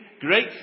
great